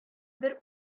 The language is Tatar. бер